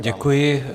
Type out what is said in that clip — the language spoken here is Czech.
Děkuji.